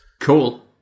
Cool